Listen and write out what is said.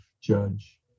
judge